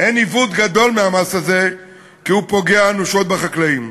אין עיוות גדול מהמס הזה כי הוא פוגע אנושות בחקלאים.